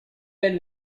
belle